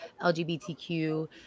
lgbtq